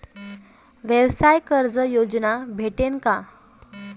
व्यवसाय कर्ज योजना भेटेन का?